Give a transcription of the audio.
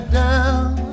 down